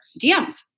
DMs